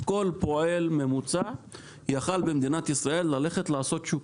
כל פועל ממוצע יכול במדינת ישראל ללכת לעשות שוק,